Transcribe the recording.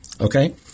Okay